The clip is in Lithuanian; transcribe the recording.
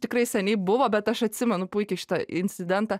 tikrai seniai buvo bet aš atsimenu puikiai šitą incidentą